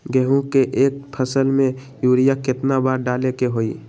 गेंहू के एक फसल में यूरिया केतना बार डाले के होई?